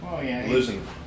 losing